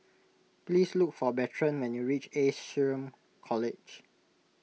please look for Bertrand when you reach Ace Shrm College